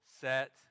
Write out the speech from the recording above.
Set